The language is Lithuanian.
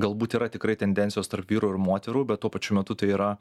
galbūt yra tikrai tendencijos tarp vyrų ir moterų bet tuo pačiu metu tai yra